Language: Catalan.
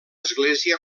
església